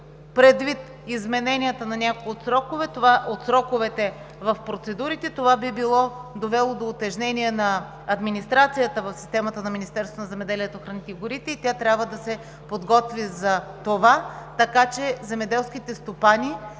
предвид измененията в процедурите на някои от сроковете. Това би довело до утежнение на администрацията в системата на Министерството на земеделието, храните и горите и тя трябва да се подготви за това, така че земеделските стопани